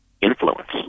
influence